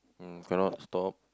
who cannot stop